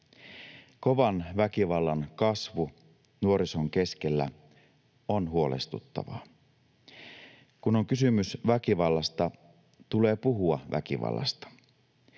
Kovan väkivallan kasvu nuorison keskellä on huolestuttavaa. Kun on kysymys väkivallasta, tulee puhua väkivallasta.